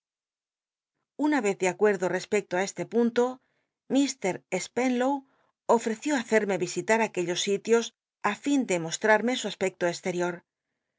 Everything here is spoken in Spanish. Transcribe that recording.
una vez de acuerdo cspccw i este punto mr spenlow óf eció haeeme risita aquellos sitios ü li n le rnosllarme su aspecto esterior